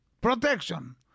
protection